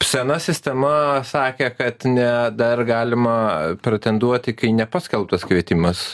sena sistema sakė kad ne dar galima pretenduoti kai nepaskelbtas kvietimas